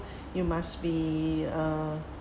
you must be uh